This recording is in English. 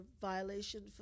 violation